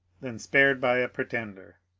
than spared by a pretender.